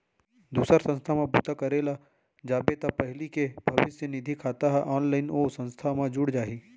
दूसर संस्था म बूता करे ल जाबे त पहिली के भविस्य निधि खाता ह ऑनलाइन ओ संस्था म जुड़ जाही